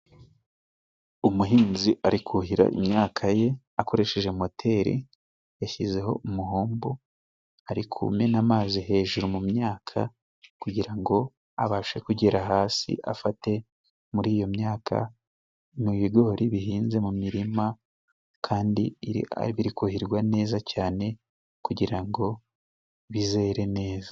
Umuhinzi ari kuhira imyaka ye akoresheje moteri yashyizeho umuhombo, ari kumena amazi hejuru mu myaka kugira ngo abashe kugera hasi afate muri iyo myaka mu bigori bihinze mu mirima, kandi biri kuhirwa neza cyane kugira ngo bizere neza.